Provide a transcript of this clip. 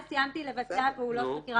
אז סיימתי לבצע פעולות חקירה.